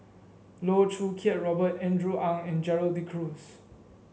Loh Choo Kiat Robert Andrew Ang and Gerald De Cruz